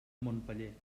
montpeller